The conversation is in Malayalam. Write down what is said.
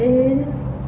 ഏഴ്